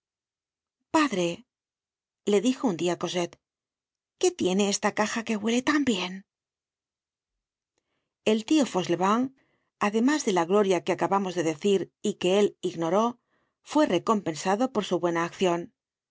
padre le dijo un dia cosette qué tiene esta caja que buele tan bien content from google book search generated at el tio fauchelevent además de la gloria que acabamos de decir y que él ignoró fue recompensado por su buena accion en